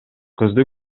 кызды